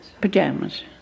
pajamas